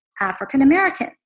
African-American